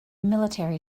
military